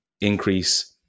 increase